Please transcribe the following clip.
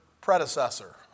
predecessor